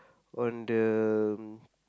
on the